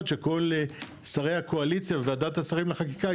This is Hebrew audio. שכל שרי הקואליציה וועדת השרים לחקיקה,